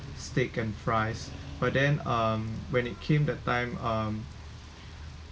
steak and fries but then um when it came that time um